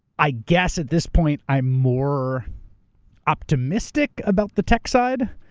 i guess at this point, i'm more optimistic about the tech side,